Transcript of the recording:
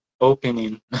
opening